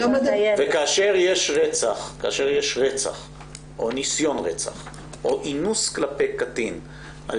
וכאשר יש רצח או ניסיון רצח או אינוס כלפי קטין על